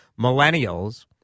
millennials